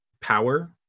power